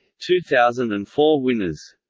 two thousand and four winners